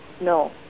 no